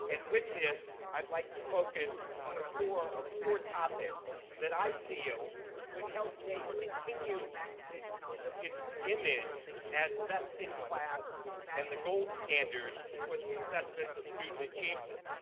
and with this, i'd like to focus on a core of four topics that i feel would help naep continue its its image as best in class and the gold standard for the assessment of student achievement.